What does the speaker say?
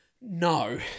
No